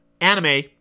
anime